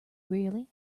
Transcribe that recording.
really